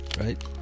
right